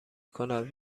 کند